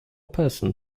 person